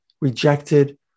rejected